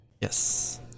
yes